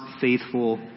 faithful